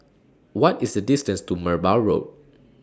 What IS The distance to Merbau Road